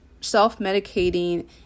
Self-medicating